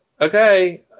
Okay